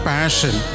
Passion